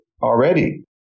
already